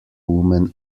women